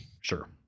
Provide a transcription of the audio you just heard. Sure